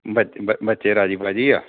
ਬੱਚ ਬੱਚੇ ਰਾਜੀ ਫਲਾਜੀ ਆ